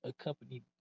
accompanied